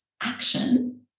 action